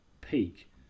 peak